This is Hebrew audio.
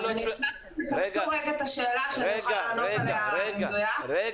אני אשמח אם תשאלו שוב כדי שנוכל לענות עליה במדויק.